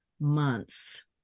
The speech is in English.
months